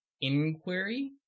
inquiry